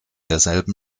derselben